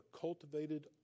cultivated